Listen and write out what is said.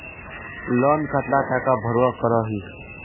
Loan कतला टाका भरवा करोही?